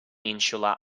insular